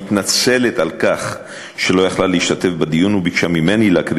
מתנצלת על כך שלא יכלה להשתתף בדיון וביקשה ממני להקריא